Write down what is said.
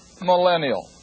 millennial